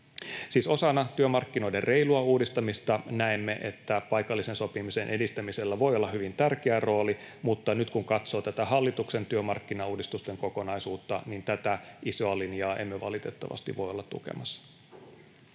osana työmarkkinoiden reilua uudistamista näemme, että paikallisen sopimisen edistämisellä voi olla hyvin tärkeä rooli, mutta nyt kun katsoo tätä hallituksen työmarkkinauudistusten kokonaisuutta, niin tätä isoa linjaa emme valitettavasti voi olla tukemassa.